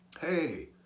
Hey